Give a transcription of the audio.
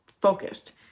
focused